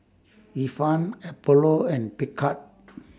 Ifan Apollo and Picard